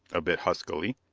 a bit huskily.